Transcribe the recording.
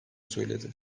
söyledi